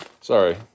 Sorry